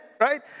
right